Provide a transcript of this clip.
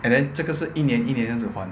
and then 这个是一年一年这样子还